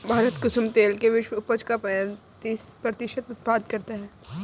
भारत कुसुम तेल के विश्व उपज का पैंतीस प्रतिशत उत्पादन करता है